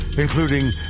Including